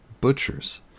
butchers